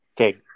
okay